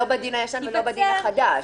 לא בדין הישן ולא בדין החדש.